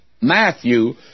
Matthew